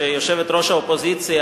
כשיושבת-ראש האופוזיציה,